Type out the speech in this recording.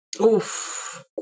Oof